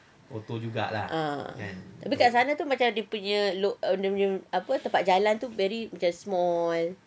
ah tapi kat sana tu macam dia punya apa tempat jalan tu very macam small